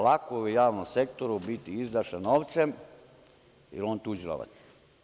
Lako je u javnom sektoru biti izdašan novcem, jer je on tuđi novac.